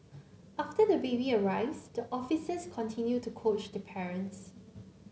after the baby arrives the officers continue to coach the parents